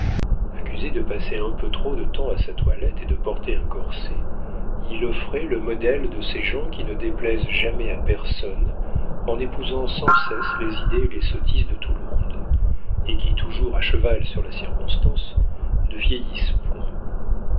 accusé de passer un peu trop de temps à sa toilette et de porter un corset il offrait le modèle de ces gens qui ne déplaisent jamais à personne en épousant sans cesse les idées et les sottises de tout le monde et qui toujours à cheval sur la circonstance ne vieillissent point